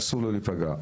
אסור שייפגע.